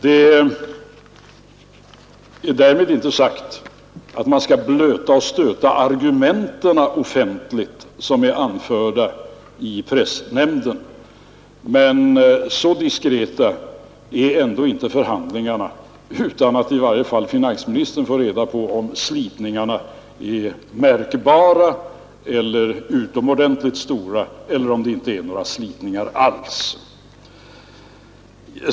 Det är därmed inte sagt att man offentligt skall blöta och stöta de argument som framförs i presshämnden, men så diskreta är ändå inte förhandlingarna att inte i varje fall finansministern får reda på om slitningarna är märkbara eller utomordentligt stora eller om det inte är några slitningar alls.